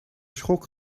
schok